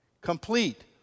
complete